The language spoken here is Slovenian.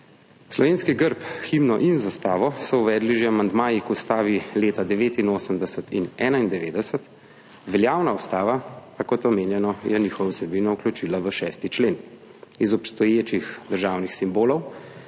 Slovenski grb, himno in zastavo so uvedli že amandmaji k ustavi leta 1989 in 1991, veljavna ustava pa je, kot omenjeno, njihovo vsebino vključila v 6. člen. Iz obstoječih državnih simbolov,